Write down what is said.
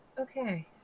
Okay